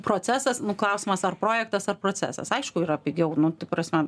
procesas nu klausimas ar projektas ar procesas aišku yra pigiau nu ta prasme